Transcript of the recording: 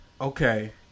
Okay